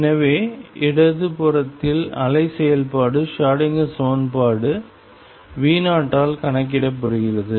எனவே இடது புறத்தில் அலை செயல்பாடு ஷ்ரோடிங்கர் சமன்பாடு V0 ஆல் கணக்கிடப்படுகிறது